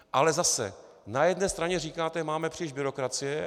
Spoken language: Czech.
Ale zase: Na jedné straně říkáte: máme příliš byrokracie.